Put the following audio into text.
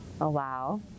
allow